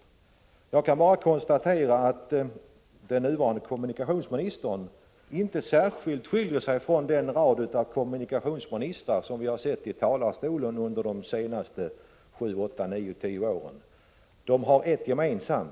Jag kan bara konstatera att vår nuvarande kommunikationsminister inte skiljer sig särskilt mycket från de kommunikationsministrar — vi har ju haft en rad sådana — som vi har sett här i talarstolen under de senaste sju till tio åren. Alla har de ett gemensamt.